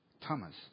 Thomas